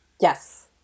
Yes